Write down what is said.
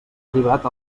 arribat